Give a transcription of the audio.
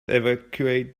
evacuate